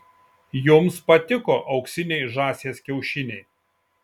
jums patiko auksiniai žąsies kiaušiniai